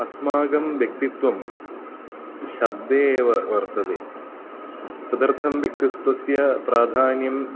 अस्माकं व्यक्तित्वं शब्दे एव वर्तते तदर्थं व्यक्तित्वस्य प्राधान्यं